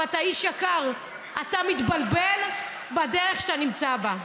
ואתה איש יקר: אתה מתבלבל בדרך שאתה נמצא בה.